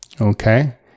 Okay